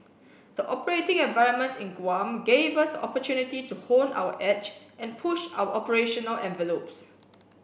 the operating environment in Guam gave us the opportunity to hone our edge and push our operational envelopes